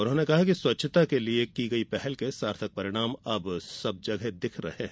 उन्होंने कहा कि स्वच्छता के लिए की गई पहल के सार्थक परिणाम सब जगह दिखाई दे रहे हैं